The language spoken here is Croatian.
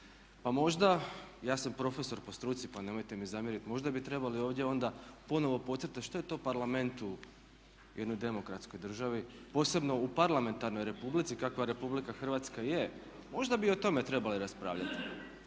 Pa možda, ja sam profesor po struci pa nemojte mi zamjeriti, možda bi trebali ovdje onda ponovno podcrtati što je to Parlament u jednoj demokratskoj državi, posebno u parlamentarnoj Republici kakva RH je, možda bi o tome trebali raspravljati.